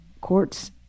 courts